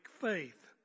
faith